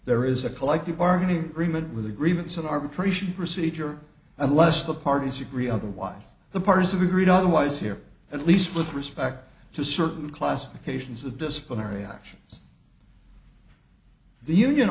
there is a collective bargaining agreement with agreements and arbitration procedure unless the parties agree otherwise the parties have agreed otherwise here at least with respect to certain classifications of disciplinary actions the union